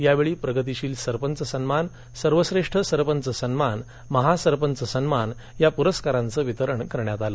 यावेळी प्रगतीशील सरपंच सन्मान सर्वश्रेष्ठ सरपंच सन्मान महासरपंच सन्मान या पुरस्काराचे वितरण करण्यात आले